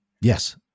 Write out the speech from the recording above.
Yes